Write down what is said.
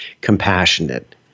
compassionate